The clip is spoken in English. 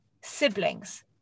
siblings